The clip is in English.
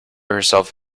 herself